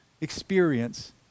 experience